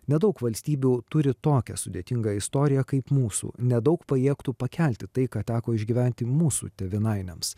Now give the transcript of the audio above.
nedaug valstybių turi tokią sudėtingą istoriją kaip mūsų nedaug pajėgtų pakelti tai ką teko išgyventi mūsų tėvynainiams